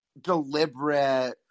deliberate